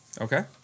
Okay